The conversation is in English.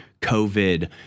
covid